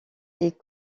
est